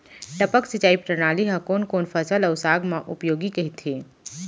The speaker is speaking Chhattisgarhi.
टपक सिंचाई प्रणाली ह कोन कोन फसल अऊ साग म उपयोगी कहिथे?